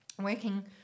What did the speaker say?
working